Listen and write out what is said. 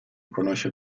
conosce